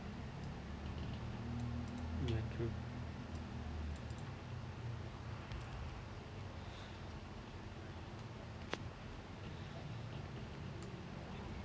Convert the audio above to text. ya true